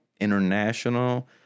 international